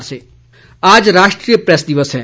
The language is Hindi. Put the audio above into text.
प्रैस दिवस आज राष्ट्रीय प्रेस दिवस है